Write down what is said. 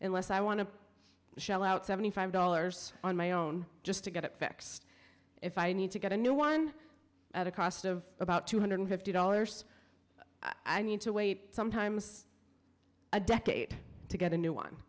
unless i want to shell out seventy five dollars on my own just to get it fixed if i need to get a new one at a cost of about two hundred fifty dollars i need to wait sometimes a decade to get a new one